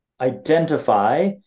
identify